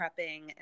prepping